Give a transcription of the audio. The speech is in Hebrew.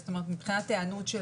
מבחינת היענות של